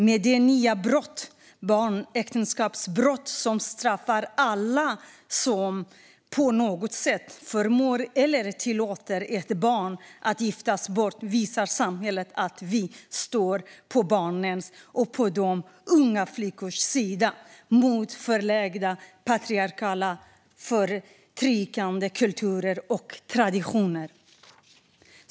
Med det nya brottet barnäktenskapsbrott, som straffar alla som på något sätt förmår eller tillåter ett barn att giftas bort, visar samhället att vi står på barnens och på de unga flickornas sida mot förlegade patriarkala förtryckande kulturer och traditioner.